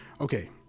Okay